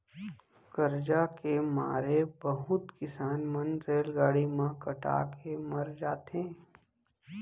करजा के मारे बहुत किसान मन रेलगाड़ी म कटा के मर जाथें